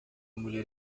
mulher